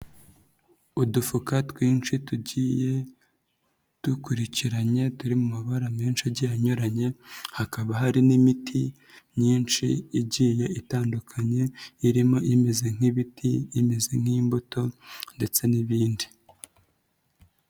Udufuka twinshi tugiye dukurikiranye turi mu mabara menshi agiye anyuranye hakaba hari n'imiti myinshi igiye itandukanye irimo imeze nk'ibiti, imeze nk'imbuto ndetse n'ibindi.